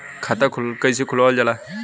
खाता कइसे खुलावल जाला?